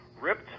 ripped